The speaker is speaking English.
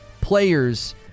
players